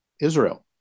Israel